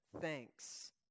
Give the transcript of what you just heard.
Thanks